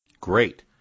Great